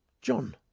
John